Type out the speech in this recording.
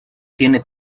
tiene